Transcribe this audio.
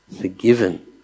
forgiven